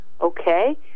okay